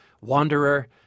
Wanderer